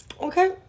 okay